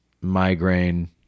migraine